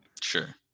Sure